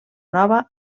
nova